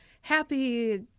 happy